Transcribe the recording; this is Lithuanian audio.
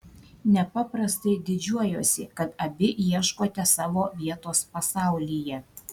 nepaprastai didžiuojuosi kad abi ieškote savo vietos pasaulyje